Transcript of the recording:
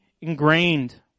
ingrained